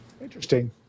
Interesting